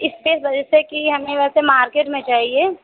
इससे जैसे कि हमें वैसे मार्केट में चाहिए